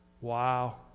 Wow